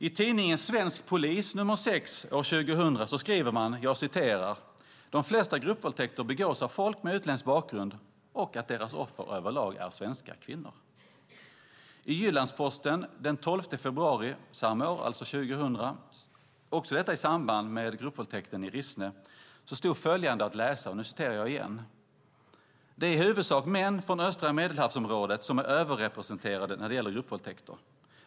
I tidningen Svensk Polis, nummer 6 från år 2000, skriver man att de flesta gruppvåldtäkter begås av folk med utländsk bakgrund och att deras offer överlag är svenska kvinnor. I Jyllandsposten den 12 februari samma år, alltså 2000, också detta i samband med gruppvåldtäkten i Rissne, stod följande att läsa: Det är i huvudsak män från östra Medelhavsområdet som är överrepresenterade när det gäller gruppvåldtäkter.